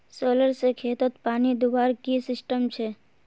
Solar से खेतोत पानी दुबार की सिस्टम छे?